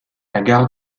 gare